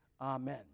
Amen